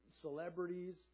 celebrities